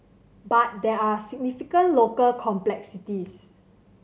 but there are significant local complexities